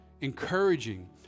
encouraging